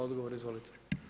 Odgovor, izvolite.